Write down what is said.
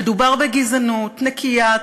מדובר בגזענות נקייה,